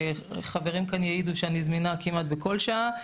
וחברים כאן יעידו שאני זמינה כמעט בכל שעה,